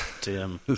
Tim